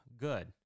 good